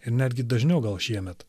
ir netgi dažniau gal šiemet